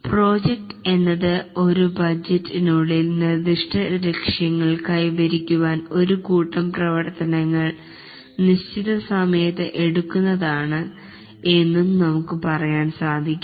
project എന്നത് ഒരു budget ഉള്ളിൽ നിർദ്ദിഷ്ട ലക്ഷ്യങ്ങൾ കൈവരിക്കുവാൻ ഒരു കൂട്ടം പ്രവർത്തനങ്ങൾ നിശ്ചിത സമയത്തു എടുക്കുന്നതാണ് എന്നും നമുക് പറയാൻ സാധിക്കും